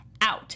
out